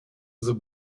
the